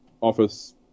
Office